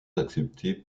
acceptées